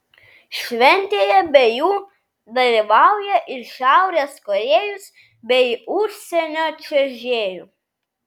šventėje be jų dalyvauja ir šiaurės korėjos bei užsienio čiuožėjų